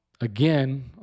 again